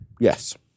Yes